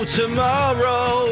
tomorrow